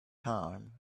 time